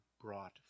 brought